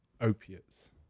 opiates